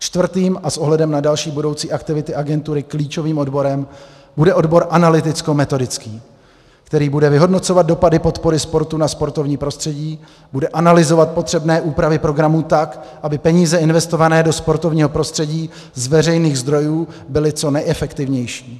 Čtvrtým a s ohledem na další budoucí aktivity agentury klíčovým odborem bude odbor analytickometodický, který bude vyhodnocovat dopady podpory sportu na sportovní prostředí, bude analyzovat potřebné úpravy programů tak, aby peníze investované do sportovního prostředí z veřejných zdrojů byly co nejefektivnější.